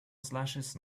slashes